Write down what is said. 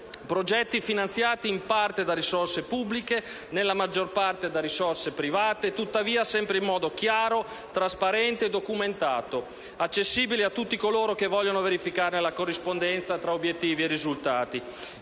progetti finanziati in parte da risorse pubbliche, nella maggior parte da risorse private, tuttavia sempre in modo chiaro, trasparente e documentato, accessibile a tutti coloro che vogliano verificarne la corrispondenza tra obiettivi e risultati.